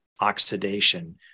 oxidation